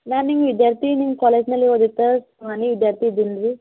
ನಾನು ನಿಮ್ಮ ವಿದ್ಯಾರ್ಥಿ ನಿಮ್ಮ ಕಾಲೇಜ್ನಲ್ಲಿ ಓದಿದ್ದು ಸರ್ ಸುಹಾನಿ ವಿದ್ಯಾರ್ಥಿ ಇದ್ದೀನಿ ಅಲ್ರಿ